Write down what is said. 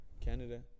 Canada